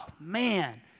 man